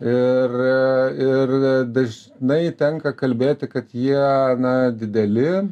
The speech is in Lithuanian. ir ir dažnai tenka kalbėti kad jie na dideli